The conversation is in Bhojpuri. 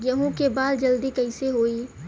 गेहूँ के बाल जल्दी कईसे होई?